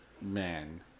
Man